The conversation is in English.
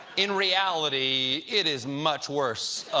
in reality it is much worse